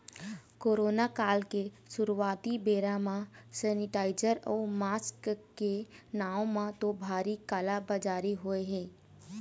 corona काल के शुरुआती बेरा म सेनीटाइजर अउ मास्क के नांव म तो भारी काला बजारी होय हे